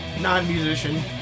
non-musician